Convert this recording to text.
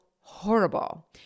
horrible